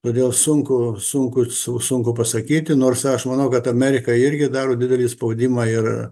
todėl sunku sunku su sunku pasakyti nors aš manau kad amerika irgi daro didelį spaudimą ir